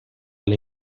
alle